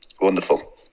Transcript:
Wonderful